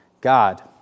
God